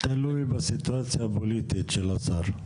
זה תלוי בסיטואציה הפוליטית של השר.